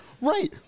Right